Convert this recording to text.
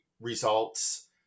results